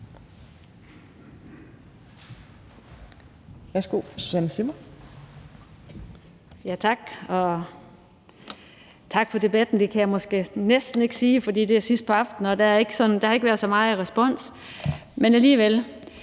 tak for debatten. Det kan jeg måske næsten ikke sige, for det er sidst på aftenen og der har ikke været så meget respons, men alligevel.